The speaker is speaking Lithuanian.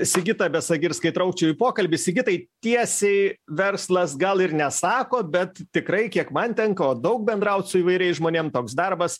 sigitą besagirską įtraukčiau į pokalbį sigitai tiesiai verslas gal ir nesako bet tikrai kiek man tenka o daug bendraut su įvairiais žmonėm toks darbas